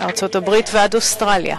מארצות-הברית ועד אוסטרליה.